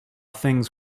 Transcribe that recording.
things